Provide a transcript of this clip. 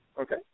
Okay